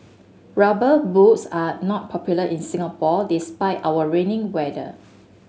rubber boots are not popular in Singapore despite our rainy weather